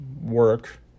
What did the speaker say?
work